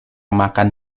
makan